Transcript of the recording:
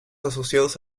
asociados